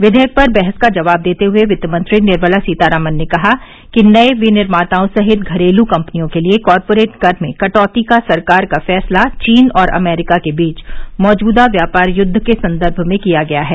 विषेयक पर बहस का जवाब देते हए वित्त मंत्री निर्मला सीतारामन ने कहा कि नये विनिर्मोतओं सहित घरेलू कम्पनियों के लिए कॉरपोरेट कर में कटौती का सरकार का फैसला चीन और अमरीका के बीच मौजूदा व्यापार युद्ध के संदर्भ में किया गया है